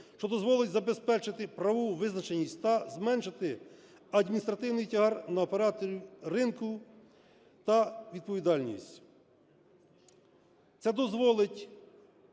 що дозволить забезпечити правову визначеність та зменшити адміністративний тягар на операторів ринку та відповідальність.